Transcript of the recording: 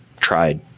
tried